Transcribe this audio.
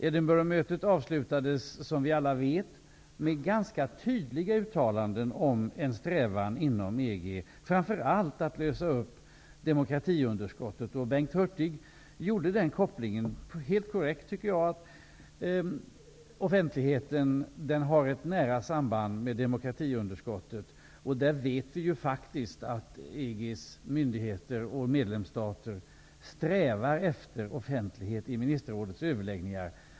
Edinburghmötet avslutades som vi alla vet med ganska tydliga uttalanden om en strävan inom EG att framför allt lösa upp demokratiunderskottet. Bengt Hurtig gjorde den helt korrekta kopplingen, tycker jag, att offentligheten har ett nära samband med demokratiunderskottet. Där vet vi faktiskt att EG:s myndigheter och medlemsstater strävar efter offentlighet i ministerrådets överläggningar.